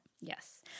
Yes